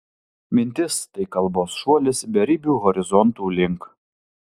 mintis tai kalbos šuolis beribių horizontų link